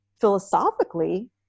philosophically